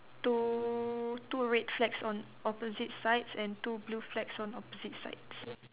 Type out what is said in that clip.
two two red flags on opposite sides and two blue flags on opposite sides